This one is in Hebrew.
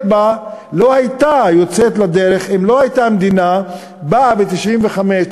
בה לא הייתה יוצאת לדרך אם לא הייתה המדינה באה ב-1995,